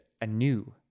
anew